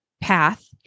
path